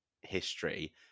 history